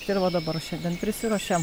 ir va dabar šiandien prisiruošėm